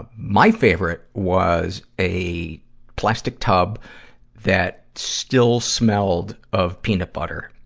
ah my favorite was a plastic tube that still smelled of peanut butter.